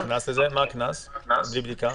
מה הקנס שמוטל על מי שמגיע ללא בדיקה?